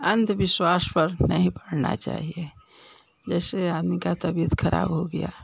अन्धविश्वाश पर नहीं पड़ना चाहिए जैसे आदमी का तबीयत खराब हो गया